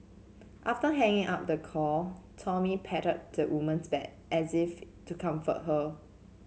after hanging up the call Tommy patted the woman's back as if to comfort her